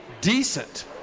decent